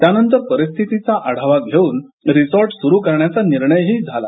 त्यानंतर परिस्थितीचा आढावा घेऊन रिसॉर्ट सुरू करण्याचा निर्णय झाला